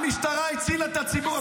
המשטרה הצילה את הציבור.